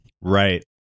Right